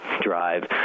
drive